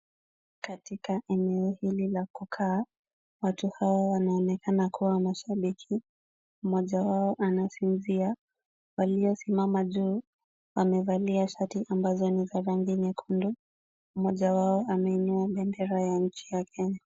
Katika eneo hili la kukaa, watu hawa wanaonekana kuwa mashabiki. Mmoja wao anasinzia. Waliosimama juu, wamevalia shati ambazo ni za rangi nyekundu. Mmoja wao ameinua bendera ya nchi ya Kenya.